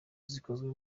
zikozwe